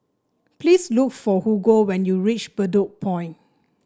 please look for Hugo when you reach Bedok Point